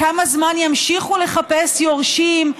כמה זמן ימשיכו לחפש יורשים,